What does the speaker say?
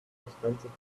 expensive